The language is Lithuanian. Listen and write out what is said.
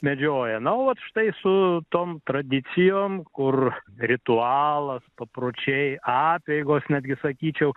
medžioja na o vat štai su tom tradicijom kur ritualas papročiai apeigos netgi sakyčiau